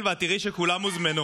כולם הוזמנו.